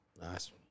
Nice